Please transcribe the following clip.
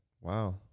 wow